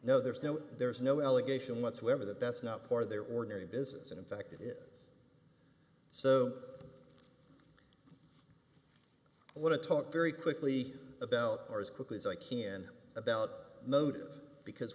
no there's no there's no allegation whatsoever that that's not part of their ordinary business and in fact it is so what a top very quickly about or as quickly as i can about motive because